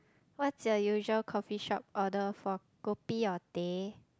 what's your usual coffeeshop order for kopi or teh